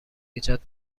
ایجاد